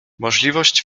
możliwość